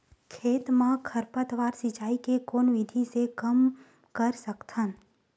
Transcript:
खेत म खरपतवार सिंचाई के कोन विधि से कम कर सकथन?